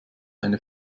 eine